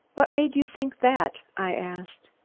what made you think that? i asked.